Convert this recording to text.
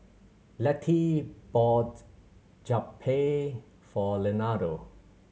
Lettie bought Japchae for Leonardo